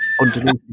underneath